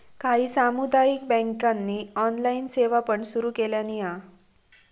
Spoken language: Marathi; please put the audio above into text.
काही सामुदायिक बँकांनी ऑनलाइन सेवा पण सुरू केलानी हा